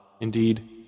Indeed